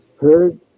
heard